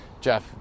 Jeff